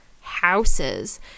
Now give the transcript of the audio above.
houses